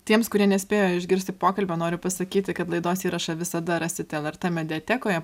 tiems kurie nespėjo išgirsti pokalbio noriu pasakyti kad laidos įrašą visada rasit lrt mediatekoje